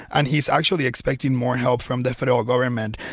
and he's actually expecting more help from the federal government.